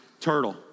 turtle